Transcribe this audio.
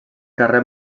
carrer